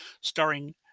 starring